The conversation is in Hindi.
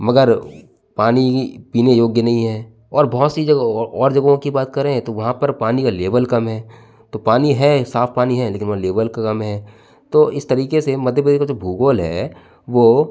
मगर पानी ई पीने योग्य नही है और बहोत सी जगहों और जगहों की बात करें तो वहाँ पर पानी का लेवल कम है तो पानी है साफ पानी है लेकिन वहाँ लेवल कम है तो इस तरीके से मध्य प्रदेश का जो भूगोल है वो